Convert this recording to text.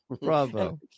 Bravo